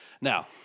Now